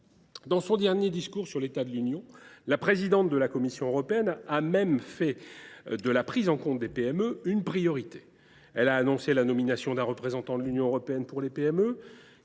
Dans son dernier discours sur l’État de l’Union, la présidente de la Commission européenne a même fait de la prise en compte des PME une priorité. Elle a annoncé la nomination d’un représentant de l’Union européenne pour les PME,